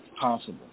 possible